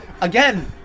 Again